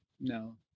No